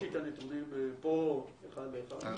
יש לי את הנתונים פה אחד לאחד.